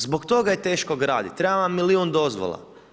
Zbog toga je teško graditi, treba vam milijun dozvola.